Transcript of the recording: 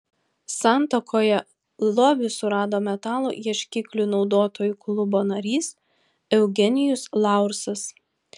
santakoje lobį surado metalo ieškiklių naudotojų klubo narys eugenijus laursas